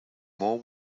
more